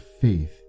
faith